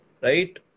right